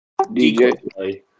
DJ